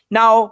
now